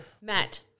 Matt